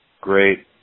great